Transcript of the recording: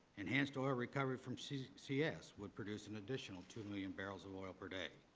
enhanced oil recovery from ccs ccs would produce and additional two million barrels of oil per day.